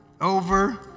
over